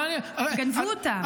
גנבו אותם.